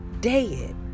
Dead